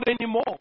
anymore